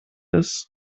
ist